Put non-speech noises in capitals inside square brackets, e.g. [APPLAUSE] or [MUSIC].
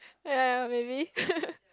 ya ya maybe [LAUGHS]